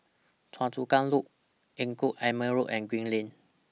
Choa Chu Kang Loop Engku Aman Road and Green Lane